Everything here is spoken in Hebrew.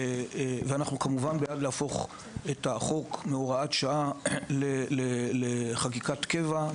וכמובן שאנחנו בעד להפוך את החוק מהוראת שעה לחקיקת קבע.